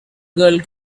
girl